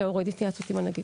להוריד התייעצות עם הנגיד.